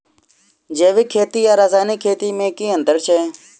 जैविक खेती आ रासायनिक खेती मे केँ अंतर छै?